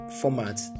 format